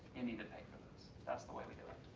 you need to pay for those. that's the way we do it.